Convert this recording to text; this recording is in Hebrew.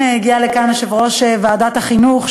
הנה הגיע לכאן יושב-ראש ועדת החינוך,